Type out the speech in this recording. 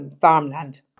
farmland